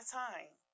time